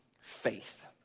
Faith